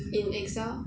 in excel